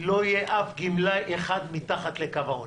לא יהיה אף גמלאי אחד מתחת לקו העוני.